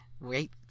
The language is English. wait